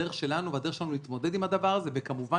הדרך שלנו להתמודד עם הדבר הזה וכמובן